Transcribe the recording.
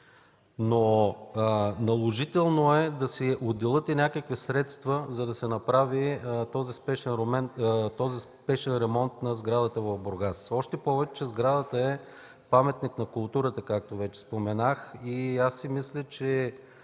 е наложително да се отделят някакви средства, за да се направи този спешен ремонт на сградата в Бургас, още повече че тя е паметник на културата, както вече споменах.